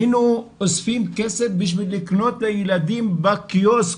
היינו אוספים כסף כדי לקנות לילדים בקיוסק.